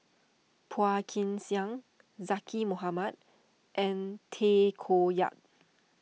Phua Kin Siang Zaqy Mohamad and Tay Koh Yat